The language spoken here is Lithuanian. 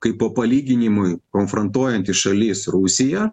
kaip po palyginimui konfrontuojanti šalis rusija